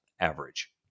average